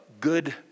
good